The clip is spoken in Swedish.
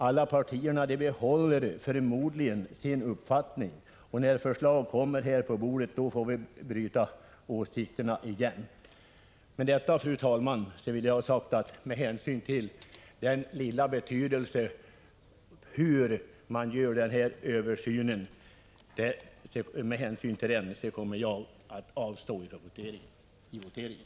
Alla partierna behåller förmodligen sin uppfattning, och när förslagen kommer på riksdagens bord får vi igen byta åsikter. Fru talman! Med hänsyn till den lilla betydelse som sättet har på hur översynen sker, kommer jag att avstå från att rösta i voteringen.